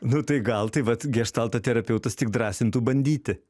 nu tai gal tai vat geštalto terapeutas tik drąsintų bandyti